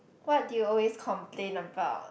what do you always complain about